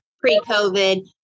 pre-COVID